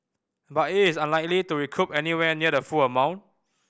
but it is unlikely to recoup anywhere near the full amount